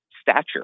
stature